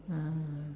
ah